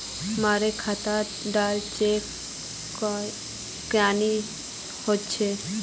मोर खाता डा चेक क्यानी होचए?